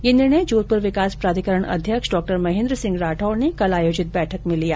यह निर्णय जोधपुर विकास प्राधिकरण अध्यक्ष डॉ महेन्द्र सिंह राठौड़ ने कल आयोजित बैठक में लिया